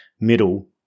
middle